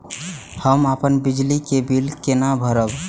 हम अपन बिजली के बिल केना भरब?